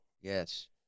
Yes